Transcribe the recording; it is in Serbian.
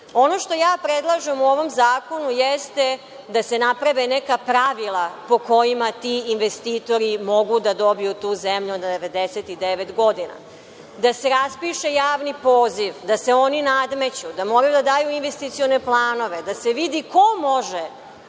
što predlažem u ovom zakonu jeste da se naprave neka pravila po kojima ti investitori mogu da dobiju tu zemlju na 99 godina. Da se raspiše javni poziv, da se oni nadmeću, da moraju da daju investicione planove, da se vidi ko može